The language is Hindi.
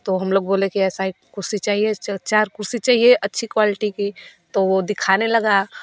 तो हम लोग बोले कि ऐसा एक कुर्सी चाहिए चार कुर्सी चाहिए अच्छी क्वालिटी की तो वो दिखाने लगा